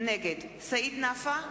נגד סעיד נפאע,